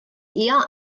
eher